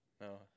No